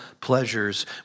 pleasures